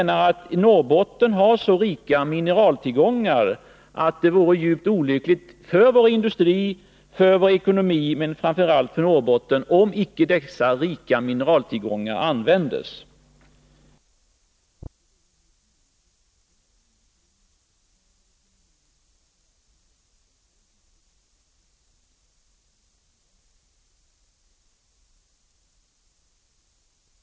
Norrbotten har så rika mineraltillgångar att det vore djupt olyckligt för vår industri och för vår ekonomi men framför allt för Norrbotten om inte dessa rika mineraltillgångar användes. Så bara några ord om SSAB. Jag upplever det nu på något sätt som om industriministern viker undan, som om han säger: Den frågan är inte mitt bord, det är energiministerns. Det är han som har godkänt Vattenfalls avtal och arbete. Men i avtalet förekommer ändå en överbetalning av kraftverksrörelsen som industriministern har gjort för att möjliggöra för den private ägaren att vara kvar i SSAB. Det är väl ofrånkomligt.